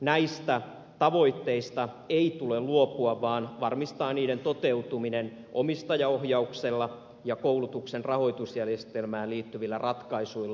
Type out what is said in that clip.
näistä tavoitteista ei tule luopua vaan varmistaa niiden toteutuminen omistajaohjauksella ja koulutuksen rahoitusjärjestelmään liittyvillä ratkaisuilla